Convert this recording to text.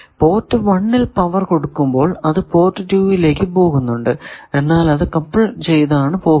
port 1 ൽ power കൊടുക്കുമ്പോൾ അത് പോർട്ട് 2 ലേക്ക് പോകുന്നുണ്ട് എന്നാൽ അത് കപിൾ ചെയ്താണ് പോകുന്നത്